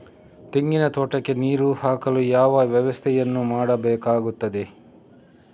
ತೆಂಗಿನ ತೋಟಕ್ಕೆ ನೀರು ಹಾಕಲು ಯಾವ ವ್ಯವಸ್ಥೆಯನ್ನು ಮಾಡಬೇಕಾಗ್ತದೆ?